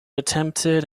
attempted